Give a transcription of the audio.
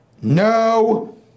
no